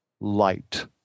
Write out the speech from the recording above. light